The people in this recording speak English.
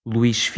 Luís